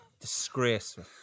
Disgraceful